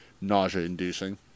nausea-inducing